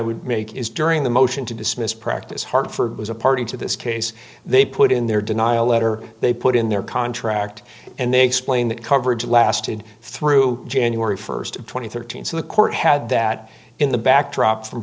would make is during the motion to dismiss practice hartford was a party to this case they put in their denial letter they put in their contract and they explain that coverage lasted through january st two thousand and thirteen so the court had that in the backdrop from